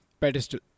pedestal